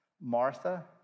Martha